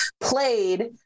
played